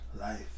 Life